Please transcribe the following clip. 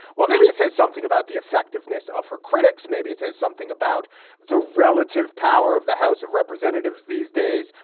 well, maybe it says something about the effectiveness of her critics. maybe it says something about the relative power of the house of representatives these days.